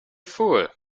fool